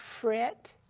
fret